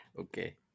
Okay